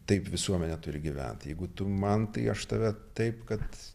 taip visuomenė turi gyvent jeigu tu man tai aš tave taip kad